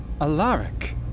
Alaric